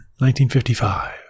1955